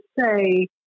say